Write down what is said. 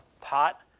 pot